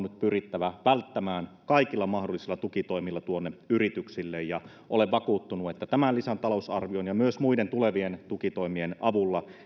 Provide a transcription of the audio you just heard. nyt pyrittävä välttämään kaikilla mahdollisilla tukitoimilla tuonne yrityksille ja olen vakuuttunut että tämän lisätalousarvion ja myös muiden tulevien tukitoimien avulla